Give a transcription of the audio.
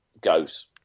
goes